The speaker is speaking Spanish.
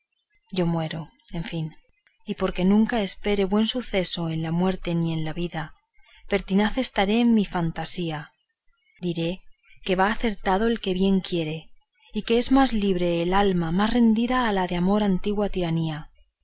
yo muero en fin y porque nunca espere buen suceso en la muerte ni en la vida pertinaz estaré en mi fantasía diré que va acertado el que bien quiere y que es más libre el alma más rendida a la de amor antigua tiranía